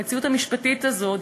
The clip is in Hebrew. המציאות המשפטית הזאת,